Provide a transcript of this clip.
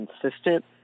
consistent